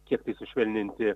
kiek tai sušvelninti